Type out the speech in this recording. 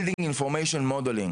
Building Information Modeling.